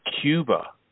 Cuba